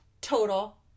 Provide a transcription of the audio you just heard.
total